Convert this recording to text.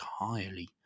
entirely